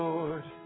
Lord